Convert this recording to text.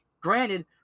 Granted